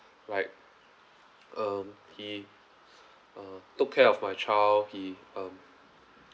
like um he uh took care of my child he um